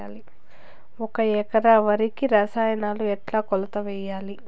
ఒక ఎకరా వరికి రసాయనాలు ఎట్లా కొలత వేయాలి?